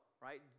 right